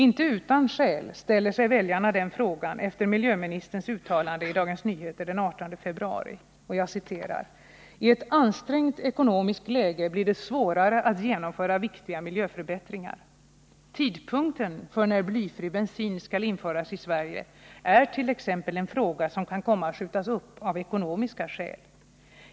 Inte utan skäl ställer sig väljarna den frågan efter miljöministerns uttalande i Dagens Nyheter den 18 februari, där det heter: ”I ett ansträngt ekonomiskt läge blir det svårare att genomföra viktiga miljöförbättringar———. Tidpunkten för när blyfri bensin skall införas i Sverige är t ex en fråga som kan komma att skjutas upp av ekonomiska skäl.